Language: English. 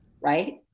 right